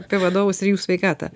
apie vadovus ir jų sveikatą